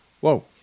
Whoa